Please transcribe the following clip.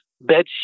bed